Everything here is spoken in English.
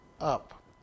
up